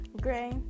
gray